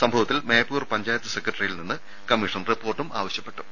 സംഭവത്തിൽ മേപ്പയൂർ പഞ്ചായത്ത് സ്ക്രട്ടറിയിൽ നിന്നും കമ്മീഷൻ റിപ്പോർട്ട് ആവശ്യപ്പെട്ടു